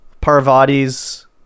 Parvati's